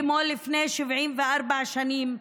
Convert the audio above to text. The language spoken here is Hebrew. כמו לפני 74 שנים,